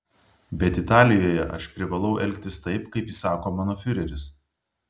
bet italijoje aš privalau elgtis taip kaip įsako mano fiureris